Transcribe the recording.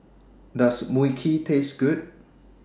Does Mui Kee Taste Good